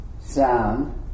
sound